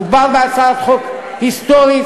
מדובר בהצעת חוק היסטורית,